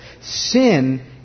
Sin